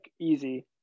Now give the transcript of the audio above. easy